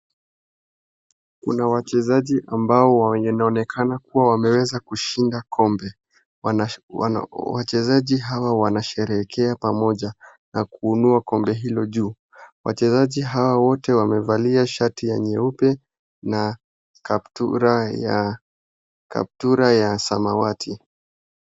Kuna wachezaji ambao wanaonekana kuwa wameweza kushinda kombe. Wachezaji hawa wanasherehekea pamoja na kuinua kombe hilo juu. Wachezaji hawa wote wamevalia shati ya nyeupe na kaptura ya, kaptura ya samawati.